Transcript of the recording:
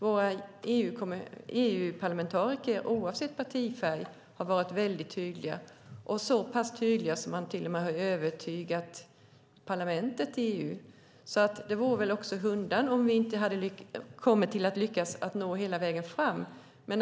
Våra EU-parlamentariker, oavsett partifärg, har varit så pass tydliga att de till och med har övertygat parlamentet i EU. Alltså vore det väl också hundan om man inte lyckas nå hela vägen fram!